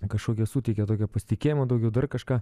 kažkokio suteikia tokio pasitikėjimo daugiau dar kažką